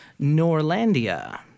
Norlandia